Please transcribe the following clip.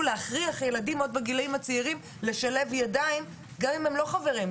להכריח ילדים בגילאים הצעירים לשלב ידיים גם אם הם לא חברים,